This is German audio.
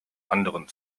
anderen